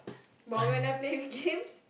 but when I play the game